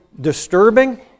disturbing